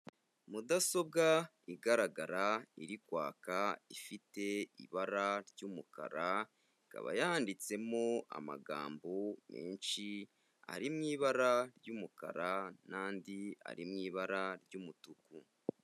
Mudasobwa igaragara iri kwaka, ifite ibara ry'umukara, ikaba yanditsemo amagambo menshi ari mu ibara ry'umukara, n'andi ari mu ibara ry'umutuku.